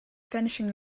finishing